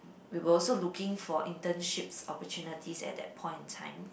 we were also looking for internships opportunities at that point in time